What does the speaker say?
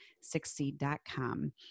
succeed.com